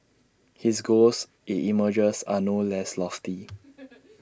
his goals IT emerges are no less lofty